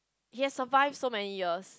he has survived so many years